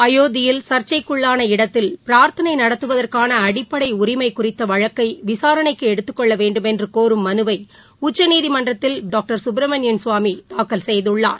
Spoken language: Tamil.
அயோத்தியில் சர்ச்சைக்குள்ளான இடத்தில் பிரார்த்தனை நடத்துவதற்கான அடிப்படை உரிமை குறித்த வழக்கை விசாரணைக்கு எடுத்துக்கொள்ளவேண்டும் என்று கோரும் மனுவை உச்சநீதிமன்றத்தில் டாக்டர் சுப்பரமணியன் சுவாமி தாக்கல் செய்துள்ளார்